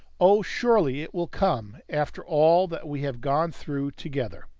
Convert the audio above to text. oh, surely it will come, after all that we have gone through together!